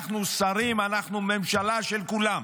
אנחנו שרים, אנחנו ממשלה של כולם,